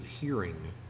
hearing